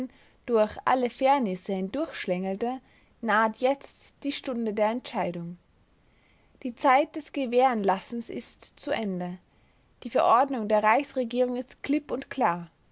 durch alle fährnisse hindurchschlängelte naht jetzt die stunde der entscheidung die zeit des gewährenlassens ist zu ende die verordnung der reichsregierung ist klipp und klar